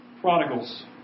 prodigals